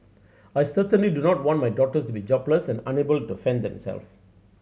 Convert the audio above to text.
I certainly do not want my daughters to be jobless and unable to fend themselves